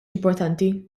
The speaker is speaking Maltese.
importanti